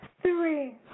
three